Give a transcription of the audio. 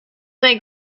they